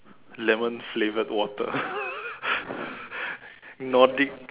lemon flavored water Nordic